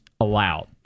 allowed